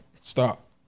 Stop